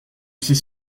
ses